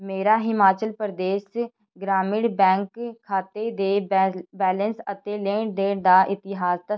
ਮੇਰਾ ਹਿਮਾਚਲ ਪ੍ਰਦੇਸ਼ ਗ੍ਰਾਮੀਣ ਬੈਂਕ ਖਾਤੇ ਦੇ ਬੈ ਬੈਲੈਂਸ ਅਤੇ ਲੈਣ ਦੇਣ ਦਾ ਇਤਿਹਾਸ ਦ